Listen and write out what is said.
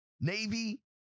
Navy